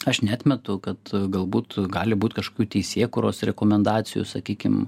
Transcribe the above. aš neatmetu kad galbūt gali būt kažkokių teisėkūros rekomendacijų sakykim